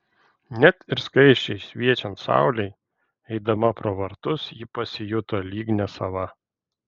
net ir skaisčiai šviečiant saulei eidama pro vartus ji pasijuto lyg nesava